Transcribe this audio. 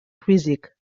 físic